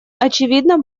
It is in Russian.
очевидно